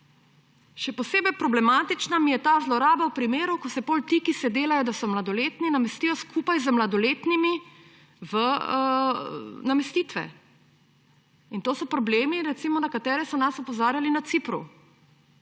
Še posebej problematična mi je ta zloraba v primeru, ko se potem ti, ki se delajo, da so mladoletni, namestijo skupaj z mladoletnimi v namestitve. In to so problemi, na katere so nas recimo opozarjali na Cipru.